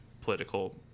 political